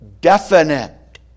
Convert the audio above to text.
definite